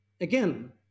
again